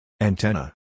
Antenna